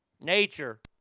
Nature